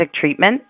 treatment